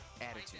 Attitude